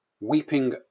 weeping